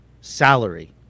salary